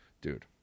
Dude